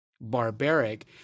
barbaric